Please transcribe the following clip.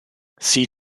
sea